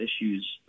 issues